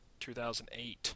2008